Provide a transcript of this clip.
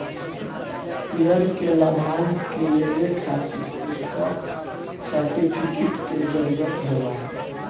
share के लाभांश के लेवे खातिर स्टॉप सर्टिफिकेट के जरूरत होला